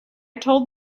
told